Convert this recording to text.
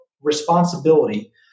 responsibility